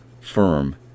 firm